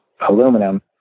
aluminum